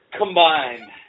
combined